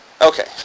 Okay